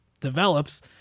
develops